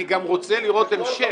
אני גם רוצה לראות המשך.